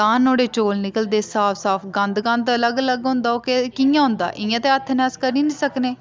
तां नुआढ़े चौल निकलदे साफ साफ गंद गंद अलग अलग होंदा ओह् कियां होंदा इ'यां ते हत्थै ने अस करी नीं सकने